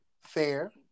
fair